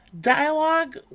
Dialogue